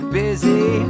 busy